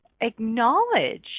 acknowledge